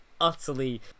utterly